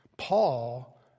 Paul